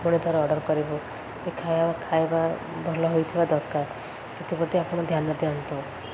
ପୁଣି ଥରେ ଅର୍ଡ଼ର କରିବୁ ଖାଇବା ଖାଇବା ଭଲ ହୋଇଥିବା ଦରକାର ସେଥିପ୍ରତି ଆପଣ ଧ୍ୟାନ ଦିଅନ୍ତୁ